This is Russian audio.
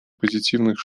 позитивных